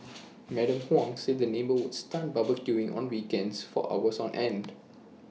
Madam Huang said the neighbour would start barbecuing on weekends for hours on end